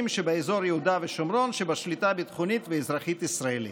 שבאזור יהודה ושומרון שבשליטה ביטחונית ואזרחית ישראלית.